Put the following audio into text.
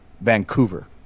Vancouver